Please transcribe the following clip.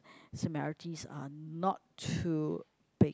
similarities are not too big